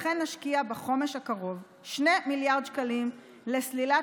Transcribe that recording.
לכן נשקיע בחומש הקרוב 2 מיליארד שקלים לסלילת